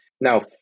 Now